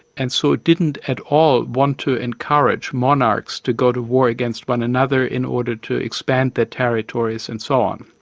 and so didn't at all want to encourage monarchs to go to war against one another in order to expand their territories and so on.